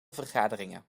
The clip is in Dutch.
vergaderingen